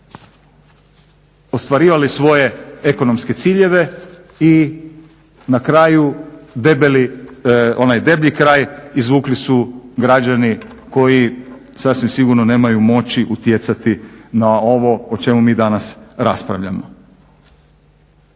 ostvarivali svoje ekonomske ciljeve i na kraju onaj deblji kraj izvukli su građani koji sasvim sigurno nemaju moći utjecati na ovo o čemu mi danas raspravljamo.